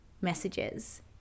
messages